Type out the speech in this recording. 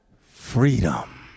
Freedom